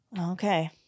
Okay